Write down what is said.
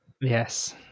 Yes